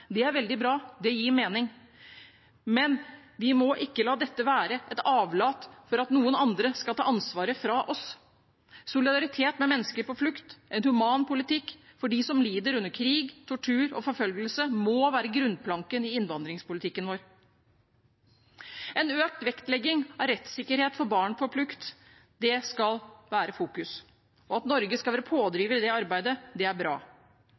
er veldig bra. Det gir mening. Men vi må ikke la dette være et avlat for at noen andre skal ta ansvaret fra oss. Solidaritet med mennesker på flukt og en human politikk for dem som lider under krig, tortur og forfølgelse, må være bunnplanken i innvandringspolitikken vår. En økt vektlegging av rettssikkerheten for barn på flukt skal være i fokus. At Norge skal være pådriver i det arbeidet, er bra.